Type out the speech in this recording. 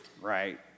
right